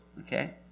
Okay